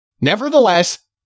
Nevertheless